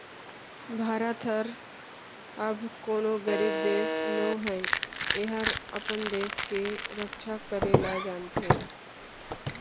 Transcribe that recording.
भारत हर अब कोनों गरीब देस नो हय एहर अपन देस के रक्छा करे ल जानथे